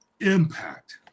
Impact